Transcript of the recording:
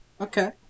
Okay